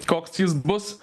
koks jis bus